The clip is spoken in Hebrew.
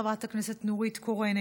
חברת הכנסת נורית קורן,